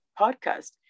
podcast